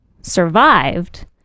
survived